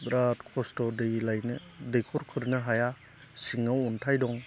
बिरात खस्त' दै लायनो दैखर खुरनो हाया सिङाव अन्थाइ दं